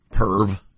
Perv